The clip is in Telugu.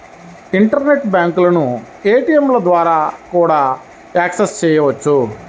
ఇంటర్నెట్ బ్యాంకులను ఏటీయంల ద్వారా కూడా యాక్సెస్ చెయ్యొచ్చు